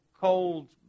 cold